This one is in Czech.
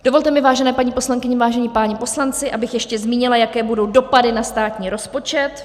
Dovolte mi, vážené paní poslankyně, vážení páni poslanci, abych ještě zmínila, jaké budou dopady na státní rozpočet.